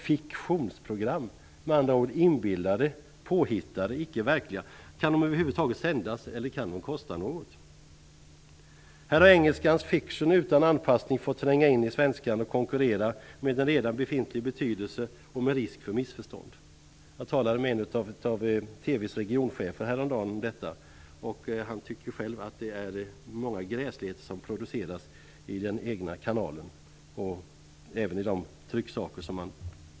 "Fiktionsprogram", med andra ord inbillade, påhittade, icke verkliga program - kan de över huvud taget sändas eller kosta något? Här har engelskans fiction utan anpassning fått tränga in i svenskan och konkurrera med en befintlig betydelse, med risk för missförstånd. Jag talade med en av TV:s regionchefer häromdagen om detta. Han tycker själv att det är många gräsligheter som produceras i den egna kanalen och även i trycksaker.